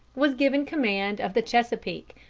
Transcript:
was given command of the chesapeake,